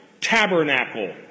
tabernacle